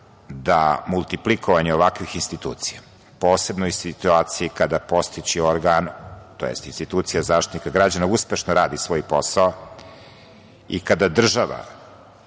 da multiplikovanje ovakvih institucija posebno iz situacije kad postojeći organ, tj. institucija Zaštitnika građana, uspešno radi svoj posao i kada država